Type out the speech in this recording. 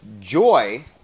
Joy